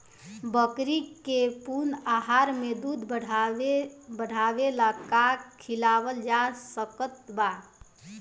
बकरी के पूर्ण आहार में दूध बढ़ावेला का खिआवल जा सकत बा?